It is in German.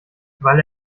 weil